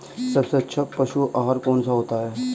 सबसे अच्छा पशु आहार कौन सा होता है?